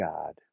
God